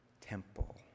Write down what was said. temple